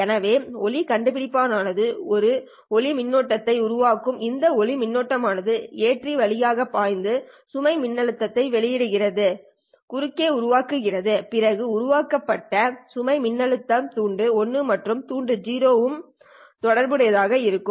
எனவே இந்த ஒளி கண்டுபிடிப்பான் ஆனது ஒரு ஒளி மின்னோட்டத்தை உருவாக்கும் இந்த ஒளி மின்னோட்டம் ஆனது ஏற்றி வழியாக பாய்ந்து சுமை மின்னழுத்தத்தை வெளியீட்டுக்கு குறுக்கே உருவாக்குகிறது பின்னர் உருவாக்கப்பட்ட சுமை மின்னழுத்தம் துண்டு 1 மற்றும் துண்டு 0 உடன் தொடர்புடையதாக இருக்கும்